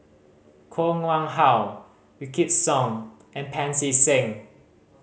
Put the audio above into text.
Koh Nguang How Wykidd Song and Pancy Seng